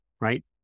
right